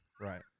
Right